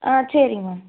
ஆ சரிங்க